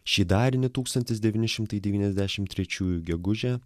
šį darinį tūkstantis devyni šimtai devyniasdešim trečiųjų gegužę